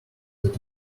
that